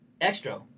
Extra